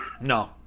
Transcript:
No